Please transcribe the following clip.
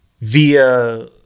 via